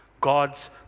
God's